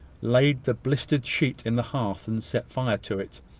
laid the blistered sheet in the hearth, and set fire to it.